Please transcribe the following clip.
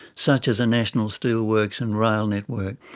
such as a national steel works and rail network,